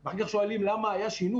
אף אחד לא טוען שזה מגונה.